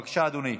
בבקשה, אדוני.